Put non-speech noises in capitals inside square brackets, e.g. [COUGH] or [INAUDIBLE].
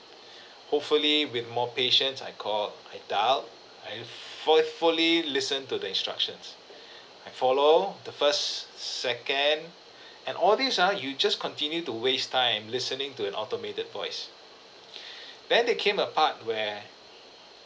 [BREATH] hopefully with more patience I called I doubt I faithfully listened to the instructions [BREATH] I follow the first second [BREATH] and all these ah you just continue to waste time listening to an automated voice [BREATH] then there came a part where